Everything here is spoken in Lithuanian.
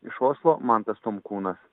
iš oslo mantas tomkūnas